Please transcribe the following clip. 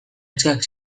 neskak